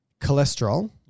cholesterol